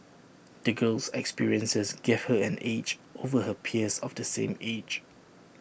the girl's experiences gave her an edge over her peers of the same age